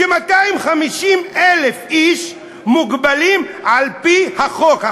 ש-250,000 איש מוגבלים על-פי החוק.